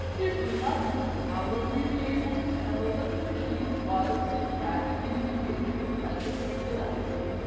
if we hadn't, how would we be able to tell that the machine was, in fact, indicating the presence of telepathy?